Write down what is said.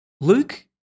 Luke